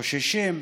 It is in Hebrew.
שהם חוששים,